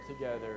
together